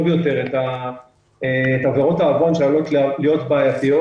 יותר את עבירות העוון שעלולות להיות בעיתיות.